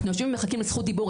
אנחנו יושבים ומחכים לזכות דיבור.